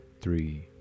three